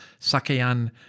Sakayan